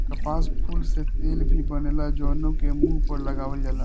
कपास फूल से तेल भी बनेला जवना के मुंह पर लगावल जाला